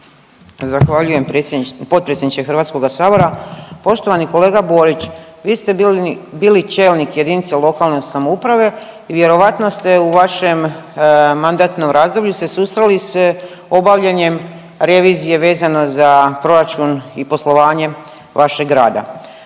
Zahvaljujem potpredsjedniče Hrvatskoga sabora. Poštovani kolega Borić, vi ste bili čelnik jedinice lokalne samouprave i vjerojatno ste u vašem mandatnom razdoblju se susreli s obavljanjem revizije vezano za proračun i poslovanje vašeg grada.